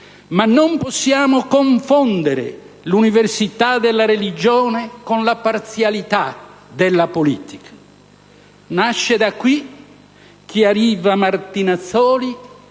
ma non possiamo confondere l'universalità della religione con la parzialità della politica. Nasce da qui - chiariva Martinazzoli